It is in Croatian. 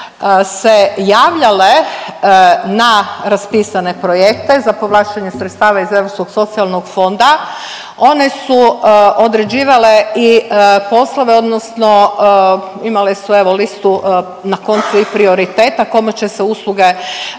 se javljale na raspisane projekte za povlačenje sredstava iz Europskog socijalnog fonda. One su određivale i poslove, odnosno imale su, evo, listu, na koncu, i prioriteta kome će se usluge